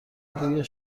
بوی